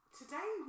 today